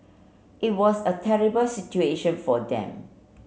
it was a terrible situation for them